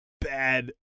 bad